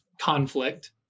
conflict